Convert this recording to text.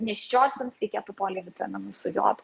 nėščiosioms reikėtų polivitaminų su jodu